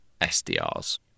sdrs